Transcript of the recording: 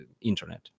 internet